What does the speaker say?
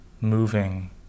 moving